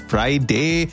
Friday